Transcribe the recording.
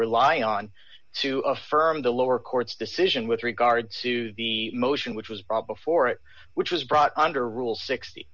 rely on to affirm the lower court's decision with regard to the motion which was probably for it which was brought under rule sixty